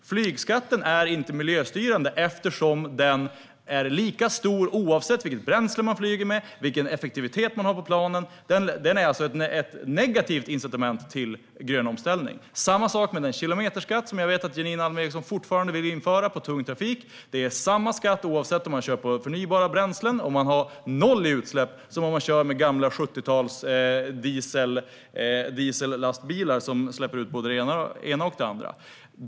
Flygskatten är inte miljöstyrande eftersom den är lika stor oavsett vilket bränsle man flyger med och vilken effektivitet planen har. Den är alltså ett negativt incitament för grön omställning. Detsamma gäller den kilometerskatt som jag vet att Janine Alm Ericson fortfarande vill införa på tung trafik. Det är samma skatt oavsett om man kör på förnybara bränslen och har noll i utsläpp eller kör med gamla diesellastbilar från 70-talet, som släpper ut både det ena och det andra.